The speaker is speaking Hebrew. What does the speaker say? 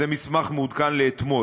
זה מסמך מעודכן לאתמול,